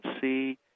see